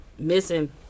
missing